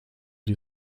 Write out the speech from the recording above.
die